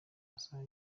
masaha